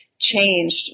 changed